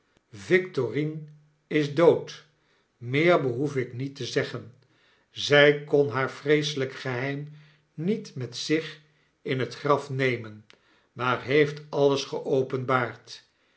victorine is dood meer behoef ik niet te zeggen zy kon haar vreeselyk geheim niet met zich in het graf nemen maar heeft alles